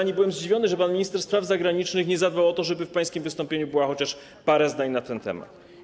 I byłem zdziwiony, że pan minister spraw zagranicznych nie zadbał o to, żeby w pańskim wystąpieniu było chociaż parę zdań na ten temat.